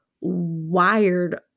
wired